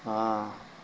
ہاں